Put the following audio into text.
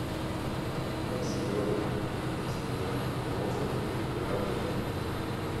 masilionio sj pamokslai patiko liaudžiai